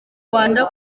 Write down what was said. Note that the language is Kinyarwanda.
rwanda